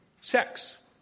Sex